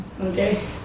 Okay